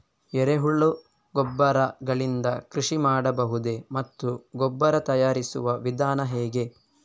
ಎರೆಹುಳು ಗೊಬ್ಬರ ಗಳಿಂದ ಕೃಷಿ ಮಾಡಬಹುದೇ ಮತ್ತು ಗೊಬ್ಬರ ತಯಾರಿಸುವ ವಿಧಾನ ಹೇಗೆ?